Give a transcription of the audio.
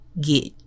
get